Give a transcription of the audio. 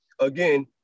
again